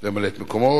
למלא את מקומו.